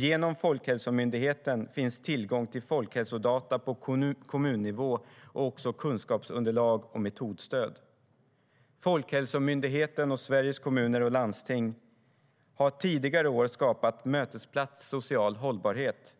Genom Folkhälsomyndigheten finns tillgång till folkhälsodata på kommunnivå och också kunskapsunderlag och metodstöd. Folkhälsomyndigheten och Sveriges Kommuner och Landsting har tidigare i år skapat Mötesplats social hållbarhet,